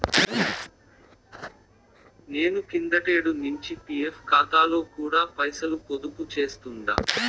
నేను కిందటేడు నించి పీఎఫ్ కాతాలో కూడా పైసలు పొదుపు చేస్తుండా